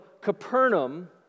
Capernaum